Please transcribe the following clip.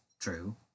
true